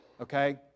Okay